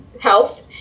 health